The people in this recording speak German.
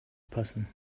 passen